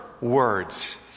words